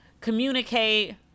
communicate